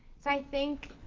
i think